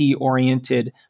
oriented